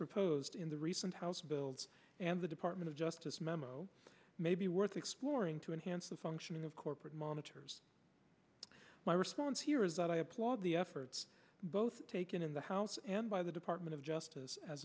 proposed in the recent house builds and the department of justice memo may be worth exploring to enhance the functioning of corporate monitors my response here is that i applaud the efforts both taken in the house and by the department of justice as